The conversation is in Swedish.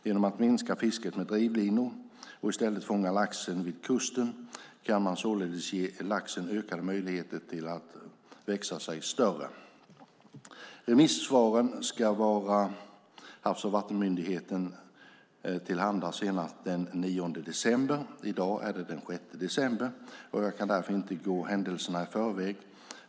Genom att minska fisket med drivlinor och i stället fånga laxen vid kusten kan man således ge laxen ökad möjlighet att växa sig större. Remissvaren ska vara Havs och vattenmyndigheten till handa senast den 9 december. I dag är det den 6 december, och jag kan därför inte gå händelserna i förväg.